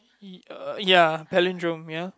y~ ya palindrome ya